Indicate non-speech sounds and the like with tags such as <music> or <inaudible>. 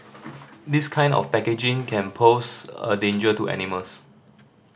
<noise> this kind of packaging can pose a danger to animals